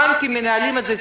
הבנקים מנהלים את זה,